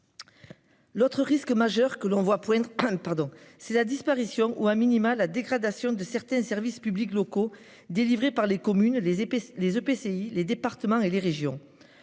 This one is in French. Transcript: L'autre risque majeur que l'on voit poindre, pardon c'est la disparition ou a minima, la dégradation de certains services publics locaux délivrés par les communes les épaisses les EPCI, les départements et les régions.